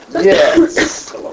Yes